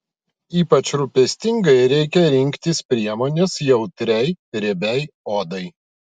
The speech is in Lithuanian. ypač rūpestingai reikia rinktis priemones jautriai riebiai odai